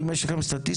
האם יש לכם סטטיסטיקות?